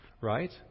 right